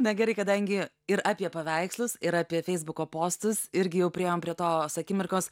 na gerai kadangi ir apie paveikslus ir apie feisbuko postus irgi jau priėjom prie tos akimirkos